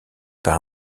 par